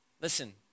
Listen